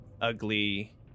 ugly